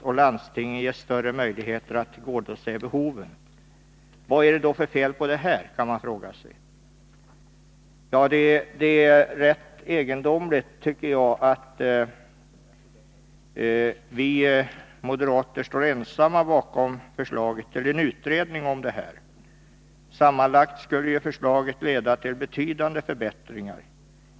Landstingen skulle också, som sagt, ges större möjligheter att tillgodose den specialiserade sjukvårdens behov. Vad är det då för fel på detta förslag, kan man fråga sig. Enligt min mening är det rätt egendomligt att vi moderater står ensamma bakom förslaget om utredning. Sammantaget skulle ju förslaget leda till betydande förbättringar.